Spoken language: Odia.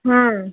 ହଁ